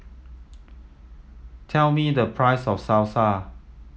tell me the price of Salsa